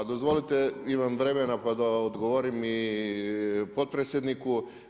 Dozvolite, imam vremena pa da odgovorim i potpredsjedniku.